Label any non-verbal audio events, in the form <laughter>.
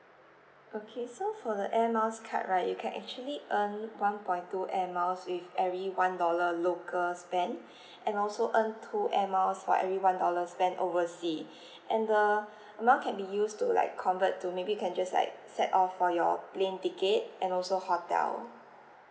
okay so for the air miles card right you can actually earn one point two air miles with every one dollar local spend <breath> and also earn two air miles for every one dollar spent oversea <breath> and the air mile can be used to like convert to maybe you can just like set off for your plane ticket and also hotel